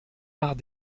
art